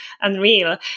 unreal